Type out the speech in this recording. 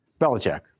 Belichick